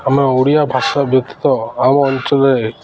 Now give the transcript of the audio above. ଆମ ଓଡ଼ିଆ ଭାଷା ବ୍ୟତୀତ ଆମ ଅଞ୍ଚଳରେ